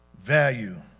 Value